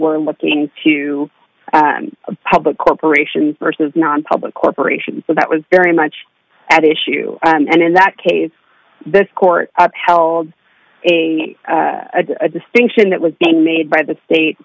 were looking to a public corporations versus nonpublic corporations so that was very much at issue and in that case this court upheld a a distinction that was being made by the state